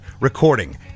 recording